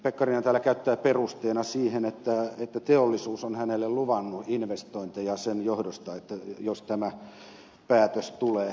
pekkarinenhan täällä käyttää perusteena sitä että teollisuus on hänelle luvannut investointeja sen johdosta jos tämä päätös tulee